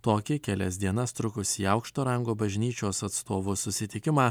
tokį kelias dienas trukusį aukšto rango bažnyčios atstovų susitikimą